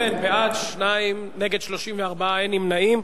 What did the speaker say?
בעד, 2, נגד, 34, אין נמנעים.